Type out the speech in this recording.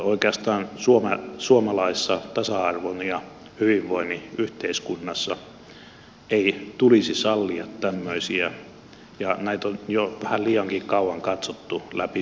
oikeastaan suomalaisessa tasa arvon ja hyvinvoinnin yhteiskunnassa ei tulisi sallia tämmöisiä ja näitä on jo vähän liiankin kauan katsottu läpi sormien